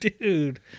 dude